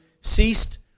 ceased